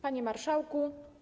Panie Marszałku!